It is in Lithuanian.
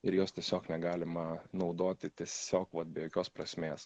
ir jos tiesiog negalima naudoti tiesiog vat be jokios prasmės